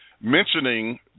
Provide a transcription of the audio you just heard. mentioning